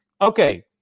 Okay